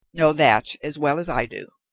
know that as well as i do.